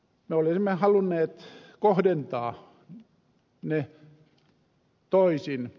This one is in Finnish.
me olisimme halunneet kohdentaa ne toisin